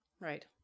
right